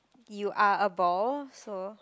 you are a ball so